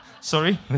sorry